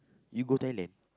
you go Thailand